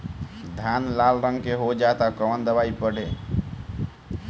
धान लाल रंग के हो जाता कवन दवाई पढ़े?